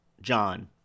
John